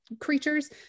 creatures